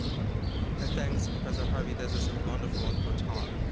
ah thanks, professor harvey. this is a wonderful, wonderful talk.